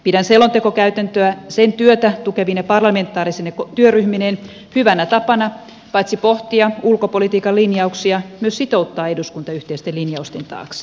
pidän selontekokäytäntöä sen työtä tukevine parlamentaarisine työryhmineen hyvänä tapana paitsi pohtia ulkopolitiikan linjauksia myös sitouttaa eduskunta yhteisten linjausten taakse